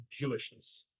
Jewishness